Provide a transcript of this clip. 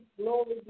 glory